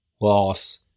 loss